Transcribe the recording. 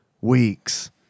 weeks